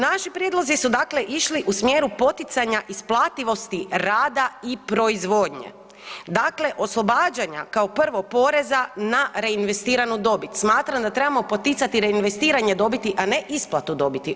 Naši prijedlozi su dakle išli u smjeru poticanja isplativosti rada i proizvodnje, dakle oslobađanja kao prvo poreza na reinvestiranu dobit, smatram da trebamo poticati reinvestiranje dobiti, a ne isplatu dobiti.